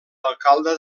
alcalde